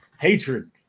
hatred